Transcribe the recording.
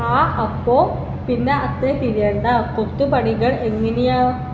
ആ അപ്പോൾ പിന്നെ അത്ര തിരയേണ്ട കൊത്തുപണികൾ എങ്ങനെയാ